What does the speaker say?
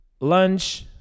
Lunch